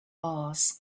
mars